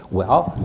well,